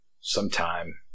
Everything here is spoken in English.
sometime